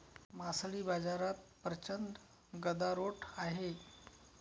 मासळी बाजारात प्रचंड गदारोळ आहे